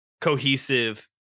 cohesive